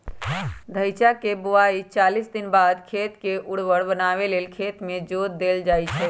धइचा के बोआइके चालीस दिनबाद खेत के उर्वर बनावे लेल खेत में जोत देल जइछइ